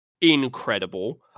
Incredible